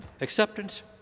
Acceptance